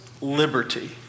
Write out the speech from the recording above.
liberty